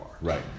Right